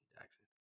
Jackson